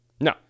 No